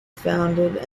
founded